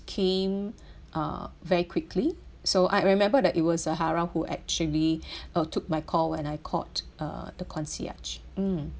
came uh very quickly so I remember that it was zahara who actually uh took my call when I caught uh the concierge mm